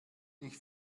ich